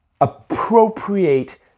appropriate